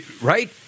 Right